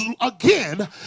again